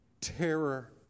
terror